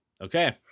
Okay